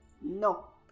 no